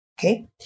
Okay